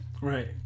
Right